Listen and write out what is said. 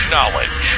Knowledge